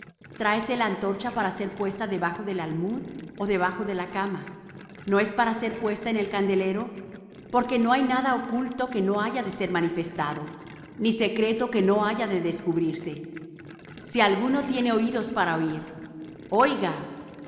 dijo tráese la antorcha para ser puesta debajo del almud ó debajo de la cama no es para ser puesta en el candelero porque no hay nada oculto que no haya de ser manifestado ni secreto que no haya de descubrirse si alguno tiene oídos para oir oiga